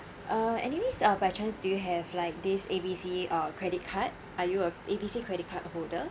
uh any needs uh by chance do you have like this A_B_C uh credit card are you a A_B_C credit card holder